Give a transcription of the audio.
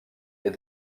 est